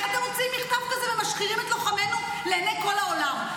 איך אתם מוציאים מכתב כזה ומשחירים את לוחמינו לעיני כל העולם?